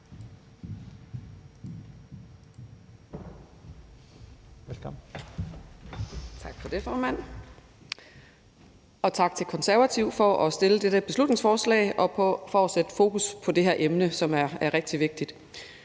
Tak for det, formand, og tak til Konservative for at fremsætte dette beslutningsforslag og for at sætte fokus på det her emne, som er rigtig vigtigt.